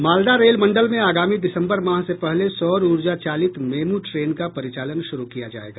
Malda rail मंडल में आगामी दिसम्बर माह से पहले सौर उर्जा चालित मेमू ट्रेन का परिचालन शुरू किया जाएगा